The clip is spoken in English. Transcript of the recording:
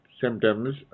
symptoms